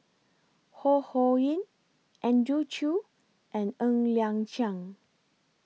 Ho Ho Ying Andrew Chew and Ng Liang Chiang